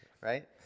Right